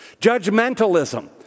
Judgmentalism